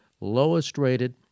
Lowest-rated